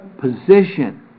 position